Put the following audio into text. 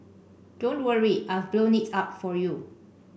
don't worry I've blown it up for you